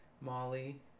molly